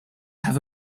have